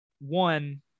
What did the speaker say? one